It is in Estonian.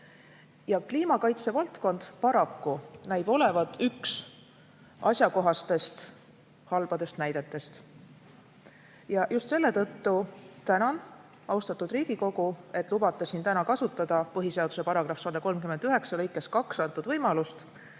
Kliimakaitse valdkond paraku näib olevat üks asjakohastest halbadest näidetest. Just selle tõttu tänan, austatud Riigikogu, et lubate kasutada põhiseaduse § 139 lõikes 2 antud võimalust